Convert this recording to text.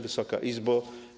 Wysoka Izbo!